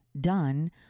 done